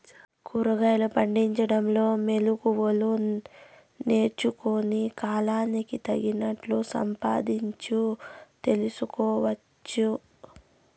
కూరగాయలు పండించడంలో మెళకువలు నేర్చుకుని, కాలానికి తగినట్లు సంపాదించు తెలుసుకోవచ్చు